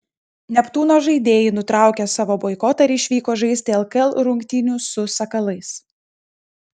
neptūno žaidėjai nutraukė savo boikotą ir išvyko žaisti lkl rungtynių su sakalais